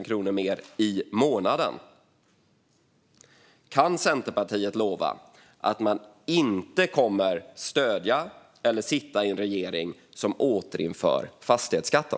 Kan Centerpartiet lova att man inte kommer att stödja eller sitta i en regering som återinför fastighetsskatten?